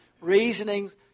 reasonings